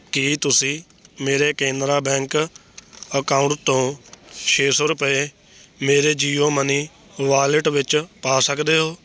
ਕੀ ਤੁਸੀਂ ਮੇਰੇ Canara bank account ਤੋਂ ਛੇ ਸੌ ਰੁਪਏ ਮੇਰੇ ਜੀਓ ਮਨੀ ਵਾਲਿਟ ਵਿੱਚ ਪਾ ਸਕਦੇ ਹੋ